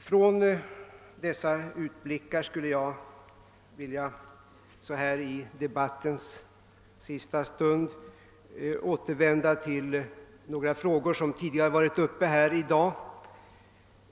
Från dessa utblickar skulle jag vilja så här i debattens sista stund återvända till några frågor som tidigare varit uppe här i dag,